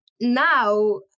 now